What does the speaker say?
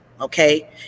okay